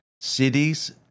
cities